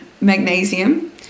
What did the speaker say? magnesium